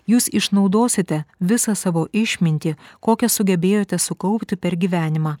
jūs išnaudosite visą savo išmintį kokią sugebėjote sukaupti per gyvenimą